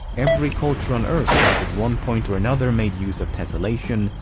every culture on earth has, at one point or another, made use of tessellation,